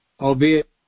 albeit